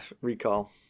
recall